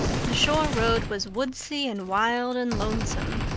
the shore road was woodsy and wild and lonesome.